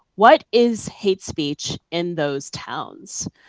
what is hate speech in those towns?